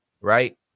right